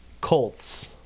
Colts